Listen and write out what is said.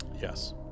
Yes